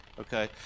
Okay